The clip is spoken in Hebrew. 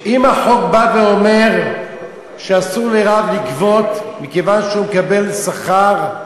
אם החוק בא ואומר שאסור לרב לגבות מכיוון שהוא מקבל שכר,